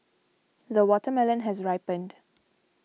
the watermelon has ripened